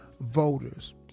voters